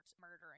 murdering